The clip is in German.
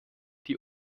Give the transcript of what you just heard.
die